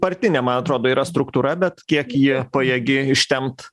partiniam ma atrodo yra struktūra bet kiek ji pajėgi ištempt